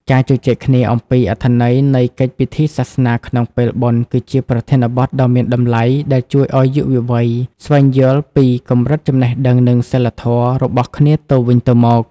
ការជជែកគ្នាអំពីអត្ថន័យនៃកិច្ចពិធីសាសនាក្នុងពេលបុណ្យ គឺជាប្រធានបទដ៏មានតម្លៃដែលជួយឱ្យយុវវ័យស្វែងយល់ពី "កម្រិតចំណេះដឹង និងសីលធម៌" របស់គ្នាទៅវិញទៅមក។